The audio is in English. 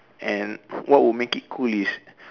and what would make it cool is